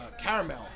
caramel